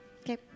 Okay